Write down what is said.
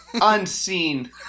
unseen